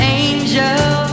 angel